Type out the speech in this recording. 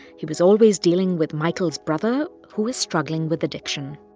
he was always dealing with michael's brother, who is struggling with addiction